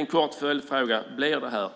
En kort följdfråga är därför: